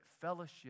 fellowship